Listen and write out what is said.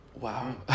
wow